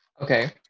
Okay